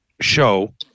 show